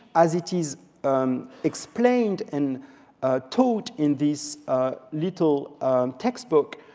as it is explained and taught in this little textbook,